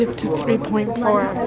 to three point four